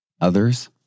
others